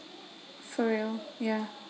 for real ya